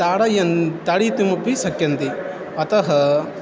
ताडयन् ताडितुमपि शक्यन्ते अतः